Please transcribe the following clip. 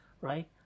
right